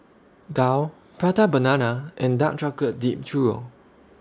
Daal Prata Banana and Dark Chocolate Dipped Churro